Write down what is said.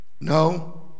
No